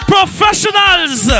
Professionals